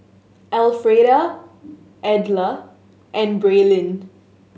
Elfreda Edla and Braelyn